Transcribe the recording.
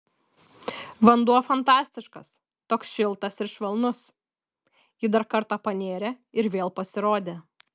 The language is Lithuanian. vanduo fantastiškas toks šiltas ir švelnus ji dar kartą panėrė ir vėl pasirodė